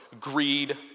greed